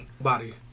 body